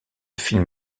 film